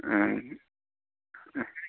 ꯑꯥ ꯑꯥ